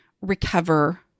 recover